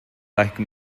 like